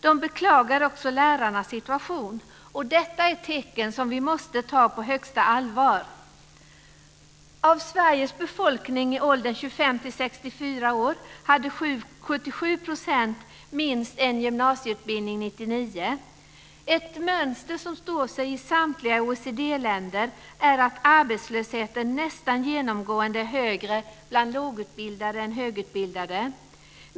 De beklagar också lärarnas situation. Detta är tecken som vi måste ta på största allvar. 77 % minst gymnasieutbildning år 1999. Ett mönster som står sig i samtliga OECD-länder är att arbetslösheten nästan genomgående är högre bland lågutbildade än bland högutbildade.